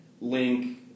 link